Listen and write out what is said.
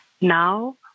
Now